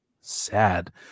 sad